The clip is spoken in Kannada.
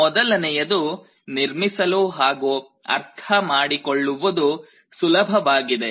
ಮೊದಲನೆಯದು ನಿರ್ಮಿಸಲು ಹಾಗೂ ಅರ್ಥ ಮಾಡಿಕೊಳ್ಳುವುದು ಸುಲಭವಾಗಿದೆ